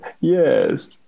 Yes